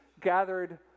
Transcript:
gathered